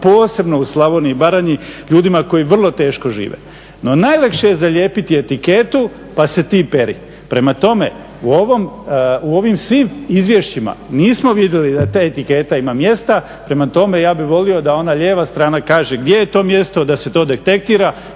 posebno u Slavoniji i Baranji, ljudima koji vrlo teško žive. No najlakše je zalijepiti etiketu pa se ti peri. Prema tome, u ovim svim izvješćima nismo vidjeli da te etikete ima mjesta, prema tome ja bih volio da ona lijeva strana kaže gdje je to mjesto, da se to detektira